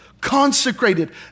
consecrated